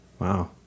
Wow